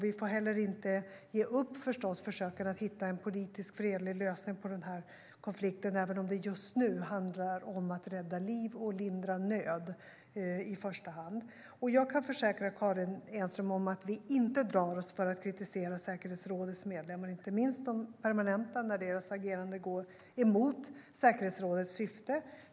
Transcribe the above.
Vi får heller inte ge upp försöken att hitta en politisk fredlig lösning på konflikten, även om det just nu i första hand handlar om att rädda liv och lindra nöd. Jag kan försäkra Karin Enström om att vi inte drar oss för att kritisera säkerhetsrådets medlemmar, inte minst de permanenta, när deras agerande går emot säkerhetsrådets syfte.